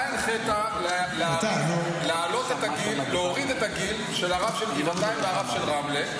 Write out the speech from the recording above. אתה הנחית להוריד את הגיל של הרב של גבעתיים והרב של רמלה.